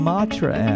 Matra